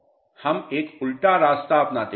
हम एक उल्टा रास्ता अपनाते हैं